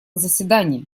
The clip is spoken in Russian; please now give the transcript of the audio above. заседании